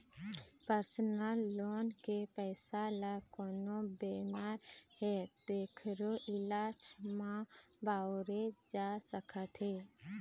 personal loan के पइसा ल कोनो बेमार हे तेखरो इलाज म बउरे जा सकत हे